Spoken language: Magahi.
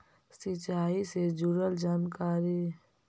सिंचाई से जुड़ल जानकारी?